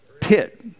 pit